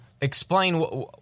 explain